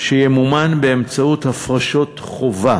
שימומן באמצעות הפרשות חובה